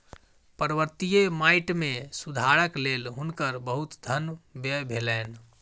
पर्वतीय माइट मे सुधारक लेल हुनकर बहुत धन व्यय भेलैन